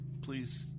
please